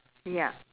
ya